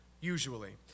usually